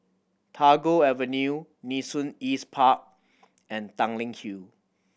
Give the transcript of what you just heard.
Tagore Avenue Nee Soon East Park and Tanglin Hill